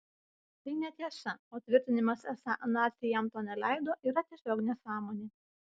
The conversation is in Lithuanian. tai netiesa o tvirtinimas esą naciai jam to neleido yra tiesiog nesąmonė